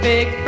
Big